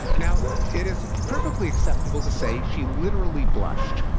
now, it is perfectly acceptable to say she literally blushed.